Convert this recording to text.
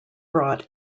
brought